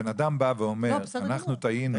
בן אדם בא פה ואומר אנחנו טעינו,